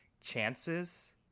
chances